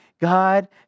God